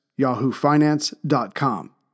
yahoofinance.com